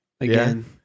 again